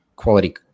Quality